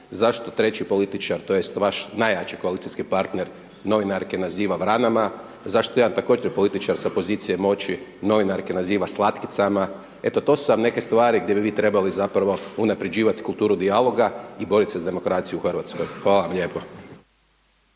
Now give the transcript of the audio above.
zašto treći političar tj. vaš najjači koalicijski partner novinarke naziva vranama, zašto jedan također političar sa pozicije moći novinarke naziva slatkicama, eto, to su vam neke stvari gdje bi vi trebali zapravo unapređivati kulturu dijaloga i boriti se za demokraciju u RH. Hvala vam lijepo.